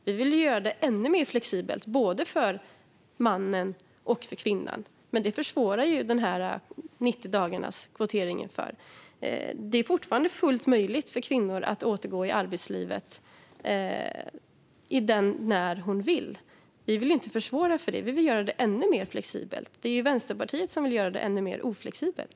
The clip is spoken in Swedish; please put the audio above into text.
Vi vill göra det ännu mer flexibelt både för mannen och för kvinnan. Men den här 90-dagarskvoteringen försvårar för det. Det är fortfarande fullt möjligt för kvinnor att återgå i arbetslivet när de vill. Vi vill inte försvåra det, utan vi vill göra det ännu mer flexibelt. Det är Vänsterpartiet som vill göra det ännu mer oflexibelt.